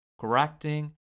correcting